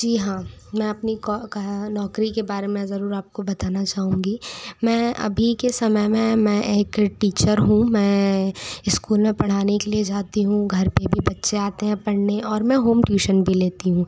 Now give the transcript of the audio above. जी हाँ मैं अपनी नौकरी के बारे में ज़रूर आपको बताना चाहूँगी मैं अभी के समय में मैं एक टीचर हूँ मैं इस्कूल में पढ़ाने के लिए जाती हूँ घर पे भी बच्चे आते हैं पढ़ने और मैं होम ट्यूशन भी लेती हूँ